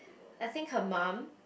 I think her mum